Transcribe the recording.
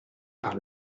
par